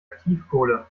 aktivkohle